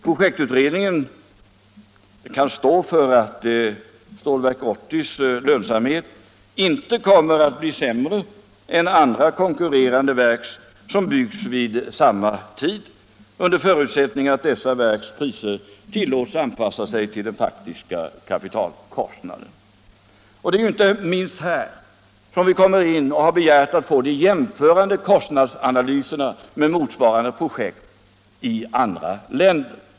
Projektutredningen kan stå för att lönsamheten hos Stålverk 80 inte kommer att bli sämre än hos konkurrerande verk som byggs vid samma tid, under förutsättning att dessa verks priser tillåts anpassa sig till den faktiska kapitalkostnaden. Och det är ju inte minst i det här sammanhanget som vi har begärt att få de jämförande kostnadsanalyserna beträffande motsvarande projekt i andra länder.